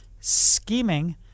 scheming